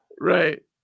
Right